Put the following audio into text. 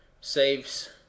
saves